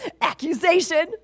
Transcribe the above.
Accusation